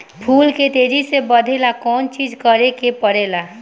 फूल के तेजी से बढ़े ला कौन चिज करे के परेला?